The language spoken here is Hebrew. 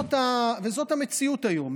וזאת המציאות היום,